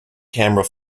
camera